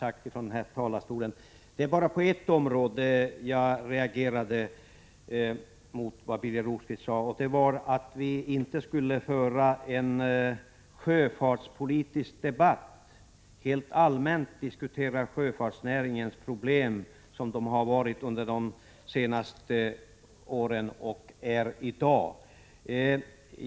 Jag reagerade bara på en punkt, och det var när Birger Rosqvist sade att vi inte skulle föra en sjöfartspolitisk debatt och helt allmänt diskutera sjöfartsnäringens problem såsom de har varit under de senaste åren och är ännu i dag.